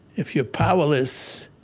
if you're powerless,